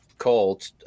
called